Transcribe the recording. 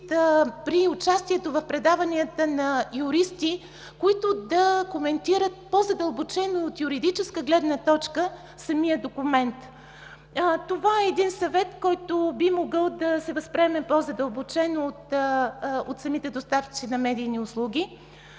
при участието в предаванията на юристи, които да коментират по-задълбочено от юридическа гледна точка самия документ. Това е един съвет, който би могъл да се възприеме по-задълбочено от самите доставчици на медийни услуги.